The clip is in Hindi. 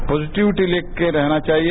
पॉजिटिविट लेकर रहना चाहिए